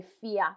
fear